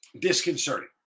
disconcerting